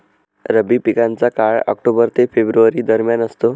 रब्बी पिकांचा काळ ऑक्टोबर ते फेब्रुवारी दरम्यान असतो